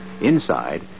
Inside